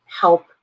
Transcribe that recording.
help